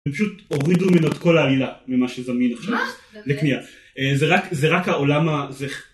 זה פשוט הורידו ממנו את כל העלילה ממה שזמין עכשיו לקניה. מה? באמת? זה רק העולם זה.